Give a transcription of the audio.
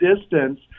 distance